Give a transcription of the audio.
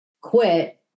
quit